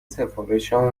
سفارشها